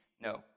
No